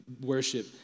worship